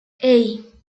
hey